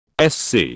SC